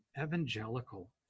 evangelical